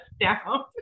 down